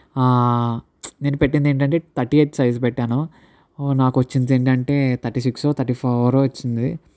నేను పెట్టింది ఏంటి అంటే తర్టీ ఎయిట్ సైజ్ పెట్టాను నాకు వచ్చింది ఏంటి అంటే తర్టీ సిక్సో తర్టీ ఫోరో వచ్చింది